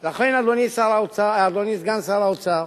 לכן, אדוני סגן שר האוצר,